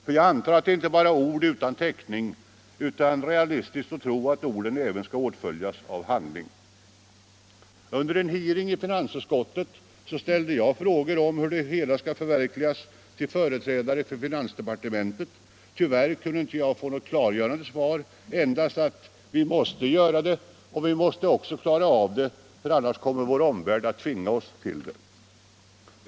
För jag antar att det inte bara är ord som saknar täckning utan att det är realistiskt att tro att orden även skall åtföljas av handling. Under en hearing i finansutskottet ställde jag frågor till företrädare för finansdepartementet om hur det hela skall förverkligas, men tyvärr kunde jag inte få något klargörande svar, endast att ”vi måste göra det, och vi måste också klara av det, för annars kommer vår omvärld att tvinga oss till det”.